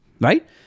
right